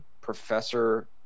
professor